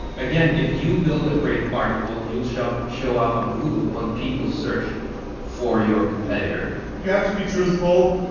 again, if you build a great article, you'll show up show up on google when people search for your competitor. you have to be truthful,